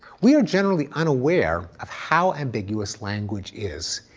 we are generally unaware of how unambiguous language is.